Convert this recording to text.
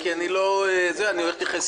אם מקימים אז בואו נקים ונהיה רציניים